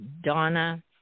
Donna